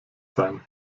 sein